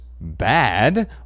bad